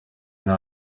nta